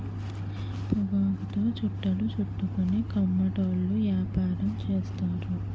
పొగాకుతో చుట్టలు చుట్టుకొని కోమటోళ్ళు యాపారం చేస్తారు